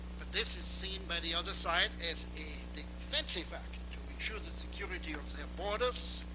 but this is seen by the other side as a defense effect, to ensure the security of their borders,